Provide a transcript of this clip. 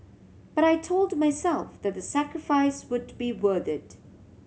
but I told myself that the sacrifice would be worth it